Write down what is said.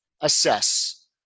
assess